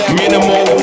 minimal